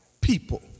people